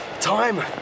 Time